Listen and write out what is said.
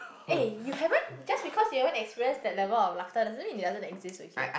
eh you haven't just because you haven't express that level of laughter doesn't mean it doesn't exist okay